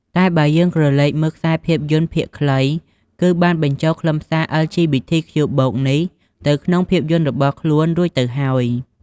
តែបើយើងក្រឡេកមើលខ្សែភាពយន្តភាគខ្លី គឺបានបញ្ចូលខ្លឹមសារ អិល ជី ប៊ី ធី ខ្ជូ បូក (LGBTQ+)នេះទៅក្នុងភាពយន្ដរបស់ខ្លួនរួចទៅហើយ។